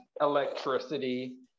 electricity